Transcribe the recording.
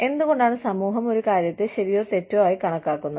എന്തുകൊണ്ടാണ് സമൂഹം ഒരു കാര്യത്തെ ശരിയോ തെറ്റോ ആയി കണക്കാക്കുന്നത്